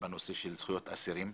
בנושא של זכויות אסירים.